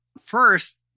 first